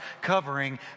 covering